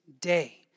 day